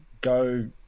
go